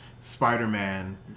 Spider-Man